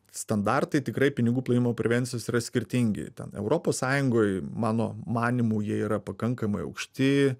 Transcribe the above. standartai tikrai pinigų plovimo prevencijos yra skirtingi ten europos sąjungoj mano manymu jie yra pakankamai aukšti